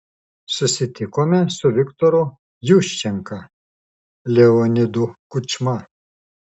susitikome su viktoru juščenka leonidu kučma